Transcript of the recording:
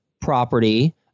property